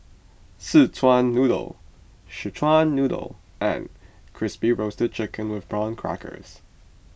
Szechuan Noodle Szechuan Noodle and Crispy Roasted Chicken with Prawn Crackers